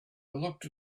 looked